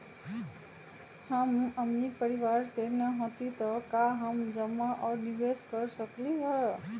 हम अमीर परिवार से न हती त का हम जमा और निवेस कर सकली ह?